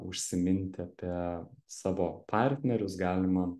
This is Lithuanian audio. užsiminti apie savo partnerius galima